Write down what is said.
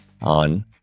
on